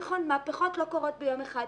מהפכות לא קורות ביום אחד.